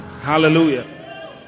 hallelujah